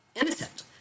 innocent